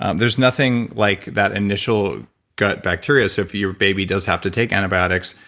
um there's nothing like that initial gut bacteria. so if your baby does have to take antibiotics,